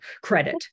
Credit